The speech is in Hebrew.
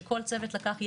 שלך.